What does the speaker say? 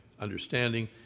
understanding